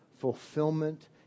fulfillment